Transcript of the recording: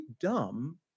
dumb